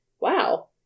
wow